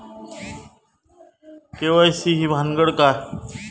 KYC ही भानगड काय?